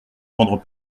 prendre